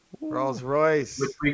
rolls-royce